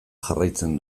jarraitzen